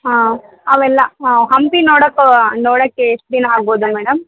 ಹಾಂ ಅವೆಲ್ಲ ಹಾಂ ಹಂಪಿ ನೋಡಕ್ಕೆ ನೋಡೋಕ್ಕೆ ಎಷ್ಟು ದಿನ ಆಗ್ಬೌದು ಮೇಡಮ್